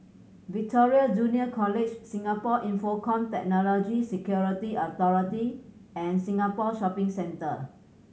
Victoria Junior College Singapore Infocomm Technology Security Authority and Singapore Shopping Centre